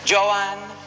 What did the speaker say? Joanne